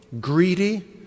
greedy